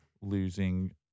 losing